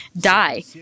die